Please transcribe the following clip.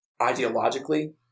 ideologically